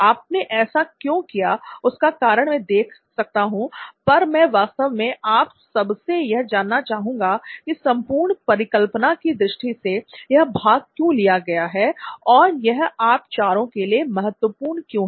आपने ऐसा क्यों किया उसका कारण मैं देख सकता हूं पर मैं वास्तव में आप सबसे यह जानना चाहता हूं की संपूर्ण परिकल्पना की दृष्टि से यह भाग क्यों लिया गया है और यह आप चारों के लिए महत्वपूर्ण क्यों है